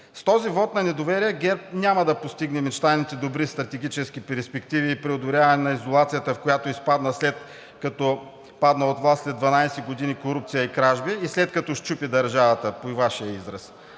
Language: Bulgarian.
С този вот на недоверие ГЕРБ няма да постигне мечтаните добри стратегически перспективи и преодоляване на изолацията, в която изпадна, след като падна от власт след 12 години корупция и кражби и след като „счупи“ държавата – по Вашия израз,